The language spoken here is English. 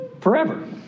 Forever